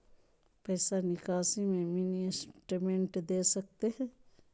पैसा निकासी में मिनी स्टेटमेंट दे सकते हैं?